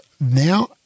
now